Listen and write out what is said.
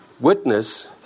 Witness